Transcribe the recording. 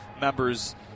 members